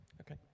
okay